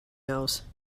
nose